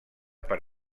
per